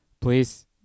please